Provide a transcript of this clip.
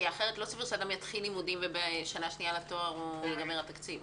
כי אחרת לא סביר שאדם יתחיל לימודים ובשנה השנייה לתואר ייגמר התקציב.